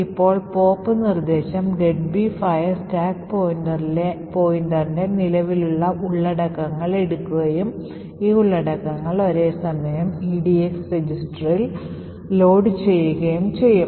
ഇപ്പോൾ പോപ്പ് നിർദ്ദേശം "deadbeef" ആയ സ്റ്റാക്ക് പോയിന്ററിന്റെ നിലവിലെ ഉള്ളടക്കങ്ങൾ എടുക്കുകയും ഈ ഉള്ളടക്കങ്ങൾ ഒരേസമയം edx രജിസ്റ്ററിൽ ലോഡ് ചെയ്യുകയും ചെയ്യും